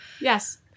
Yes